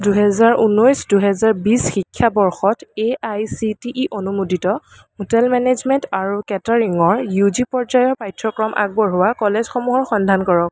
দুহেজাৰ ঊনৈছ দুহেজাৰ বিশ শিক্ষাবৰ্ষত A I C T E অনুমোদিত হোটেল মেনেজমেণ্ট আৰু কেটাৰিৰঙৰ ইউ জি পৰ্যায়ৰ পাঠ্যক্ৰম আগবঢ়োৱা কলেজসমূহৰ সন্ধান কৰক